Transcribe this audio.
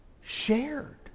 shared